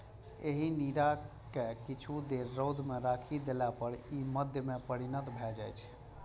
एहि नीरा कें किछु देर रौद मे राखि देला पर ई मद्य मे परिणत भए जाइ छै